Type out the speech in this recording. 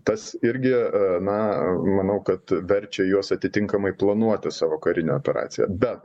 tas irgi na manau kad verčia juos atitinkamai planuoti savo karinę operaciją bet